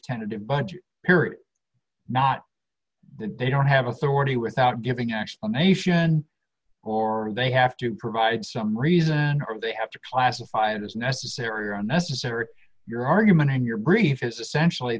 tentative budget period not that they don't have authority without giving actual nation or they have to provide some reason or they have to classify it as necessary or necessary your argument in your brief is essentially